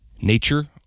Nature